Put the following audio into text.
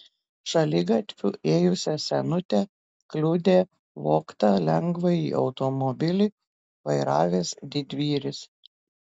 šaligatviu ėjusią senutę kliudė vogtą lengvąjį automobilį vairavęs didvyris